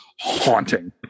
haunting